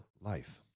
life